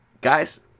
Guys